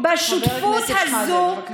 חבר הכנסת שחאדה, בבקשה.